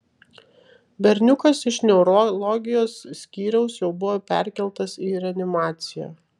berniukas iš neurologijos skyriaus jau buvo perkeltas į reanimaciją